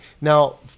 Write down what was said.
Now